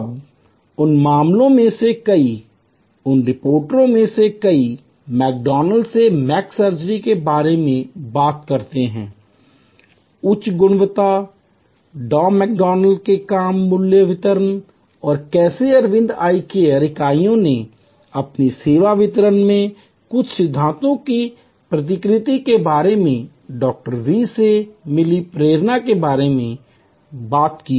अब उन मामलों में से कई उन रिपोर्टों में से कई मैकडॉनल्ड्स से मैक सर्जरी के बारे में बात करते हैं उच्च गुणवत्ता डॉ मैकडॉनल्ड्स के कम मूल्य वितरण और कैसे अरविंद आई केयर इकाइयों ने अपनी सेवा वितरण में कुछ सिद्धांतों की प्रतिकृति के बारे में डॉ वी से मिली प्रेरणा के बारे में बात की